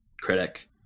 Critic